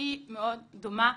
מאוד דומה